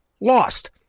lost